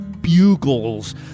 bugles